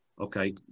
Okay